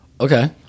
Okay